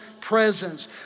presence